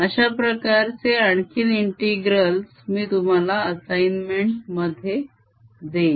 अश्याप्रकारचे आणखीन intergrals मी तुम्हाला assignment मध्ये देईन